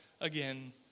again